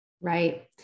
Right